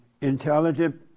intelligent